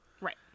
Right